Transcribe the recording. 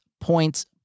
points